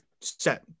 set